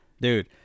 dude